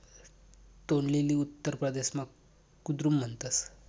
तोंडलीले उत्तर परदेसमा कुद्रुन म्हणतस